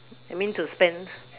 I mean to spend